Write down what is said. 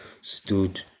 stood